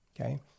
okay